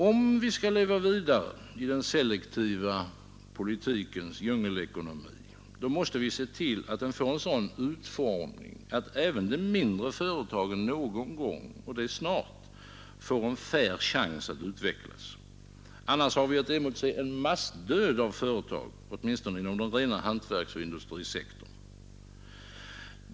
Om vi skall kunna leva vidare i den selektiva politikens djungelekonomi måste vi se till att den får en sådan utformning att även de mindre företagen någon gång — och det snart — får en fair chans att utvecklas. Annars har vi att emotse en massdöd av företag, åtminstone inom den rena hantverksoch industrisektorn.